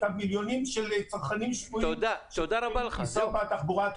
המיליונים של הצרכנים הסמויים שמשתמשים בתחבורה הציבורית.